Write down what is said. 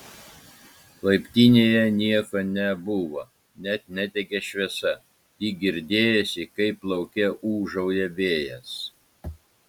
laiptinėje nieko nebuvo net nedegė šviesa tik girdėjosi kaip lauke ūžauja vėjas